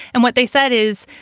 and what they said is,